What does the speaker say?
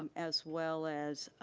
um as well as